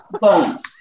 bones